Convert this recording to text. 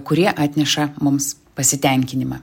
kurie atneša mums pasitenkinimą